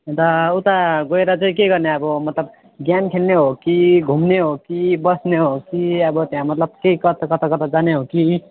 अनि त उता गएर चाहिँ के गर्ने अब मतलब गेम खेल्ने हो कि घुम्ने हो कि बस्ने हो कि अब त्यहाँ मतलब के कता कता कता जाने हो कि